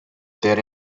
their